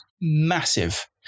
massive